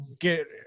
get